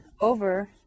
over